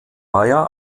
baja